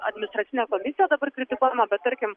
administracinė komisija dabar kritikuojama bet tarkim